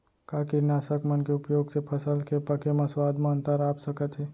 का कीटनाशक मन के उपयोग से फसल के पके म स्वाद म अंतर आप सकत हे?